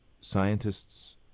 scientists